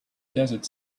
desert